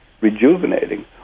rejuvenating